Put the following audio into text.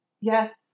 yes